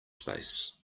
space